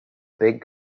big